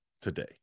today